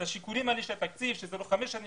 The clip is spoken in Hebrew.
את השיקולים של התקציב - לחמש שנים,